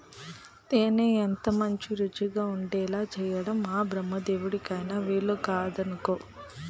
తేనె ఎంతమంచి రుచిగా ఉండేలా చేయడం ఆ బెమ్మదేవుడికైన వీలుకాదనుకో